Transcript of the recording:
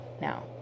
now